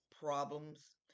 problems